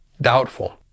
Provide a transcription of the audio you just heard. Doubtful